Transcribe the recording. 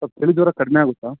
sir ಚಳಿ ಜ್ವರ ಕಡಿಮೆ ಆಗುತ್ತಾ